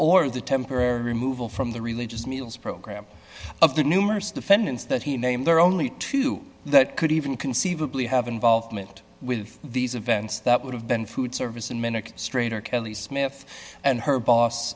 or the temporary removal from the religious meals program of the numerous defendants that he named there are only two that could even conceivably have involvement with these events that would have been food service in minutes straight or kelly smith and her boss